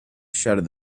shouted